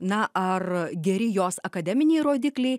na ar geri jos akademiniai rodikliai